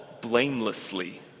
blamelessly